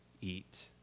eat